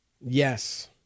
Yes